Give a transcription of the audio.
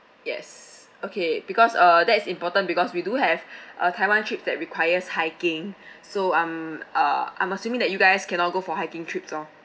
yes okay because uh that's important because we do have a taiwan trip that requires hiking so I'm uh I'm assuming that you guys cannot go for hiking trips lor